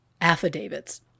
affidavits